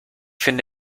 finde